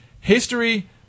History